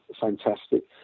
fantastic